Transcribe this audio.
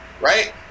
right